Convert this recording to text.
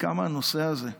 וכמה הנושא הזה,